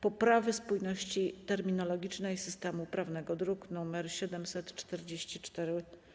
poprawy spójności terminologicznej systemu prawnego (druk nr 744)